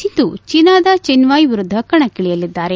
ಸಿಂಧು ಚೀನಾದ Chen Wei ವಿರುದ್ಧ ಕಣಕ್ಕಿಳಿಯಲಿದ್ದಾರೆ